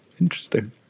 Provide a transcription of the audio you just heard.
Interesting